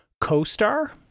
Co-star